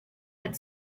had